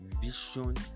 Vision